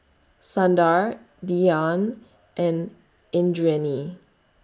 Sundar Dhyan and Indranee